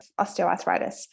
osteoarthritis